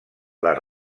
les